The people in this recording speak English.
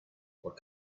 what